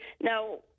Now